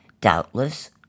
Doubtless